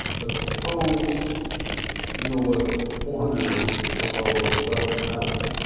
but suppose you know what four hundred was so-called a development highway,